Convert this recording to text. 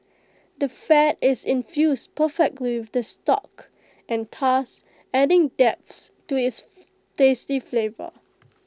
the fat is infused perfectly with the stock and thus adding depth to its tasty flavour